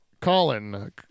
Colin